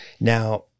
Now